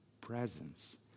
presence